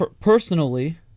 personally